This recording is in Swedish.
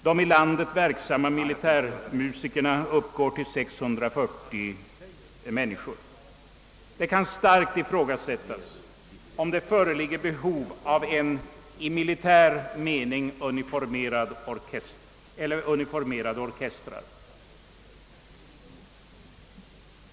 De i landet verksamma militärmusikerna uppgår till 640. Det kan starkt ifrågasättas, om det föreligger behov av i militär mening uniformerade orkestrar.